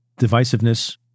divisiveness